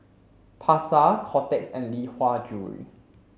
Pasar Kotex and Lee Hwa Jewellery